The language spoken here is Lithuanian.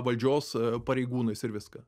valdžios pareigūnais ir viską